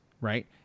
Right